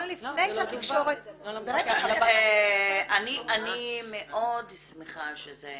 לפני שהתקשורת -- אני מאוד שמחה שזה